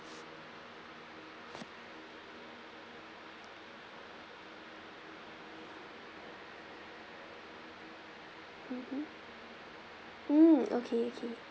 mmhmm mm okay okay